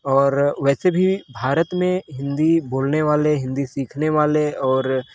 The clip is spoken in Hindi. और वैसे भी भारत में हिंदी बोलने वाले हिंदी सीखने वाले और